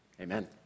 Amen